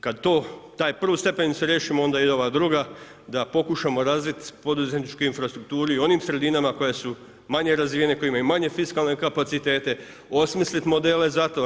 Kad tu prvu stepenicu riješimo, onda ide ova druga da pokušamo razviti poduzetničku infrastrukturu i u onim sredinama koje su manje razvijene, koje imaju manje fiskalne kapacitete, osmisliti modele za to.